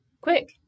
quick